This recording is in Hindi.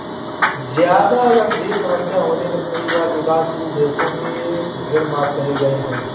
जादा गंभीर समस्या होने पर कई बार विकासशील देशों के ऋण माफ करे गए हैं